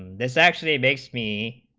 this actually makes me